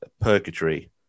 purgatory